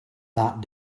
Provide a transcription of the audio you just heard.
that